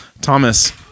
Thomas